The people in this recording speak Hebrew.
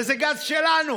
וזה גז שלנו,